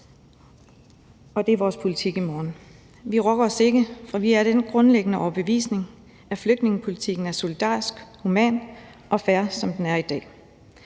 og det er vores politik i morgen. Vi rokker os ikke, for vi er af den grundlæggende overbevisning, at flygtningepolitikken er solidarisk, human og fair, som den er i dag.